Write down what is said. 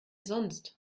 sonst